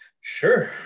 Sure